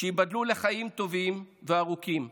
שייבדלו לחיים טובים וארוכים,